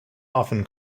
often